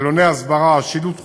עלוני הסברה, שילוט חוצות,